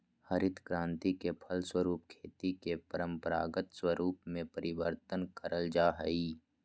हरित क्रान्ति के फलस्वरूप खेती के परम्परागत स्वरूप में परिवर्तन करल जा हइ